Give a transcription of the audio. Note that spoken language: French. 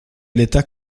l’état